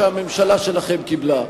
שהממשלה שלכם קיבלה,